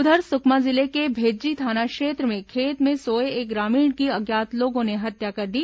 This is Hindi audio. उधर सुकमा जिले के भेज्जी थाना क्षेत्र में खेत में सोए एक ग्रामीण की अज्ञात लोगों ने हत्या कर दी